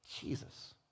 Jesus